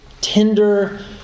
tender